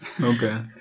okay